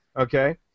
okay